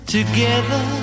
Together